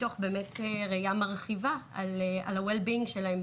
מתוך ראייה מרחיבה על ה-Well Being שלהם,